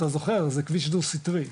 'אתה זוכר זה כביש דו סטרי',